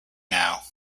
now